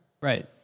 Right